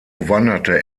wanderte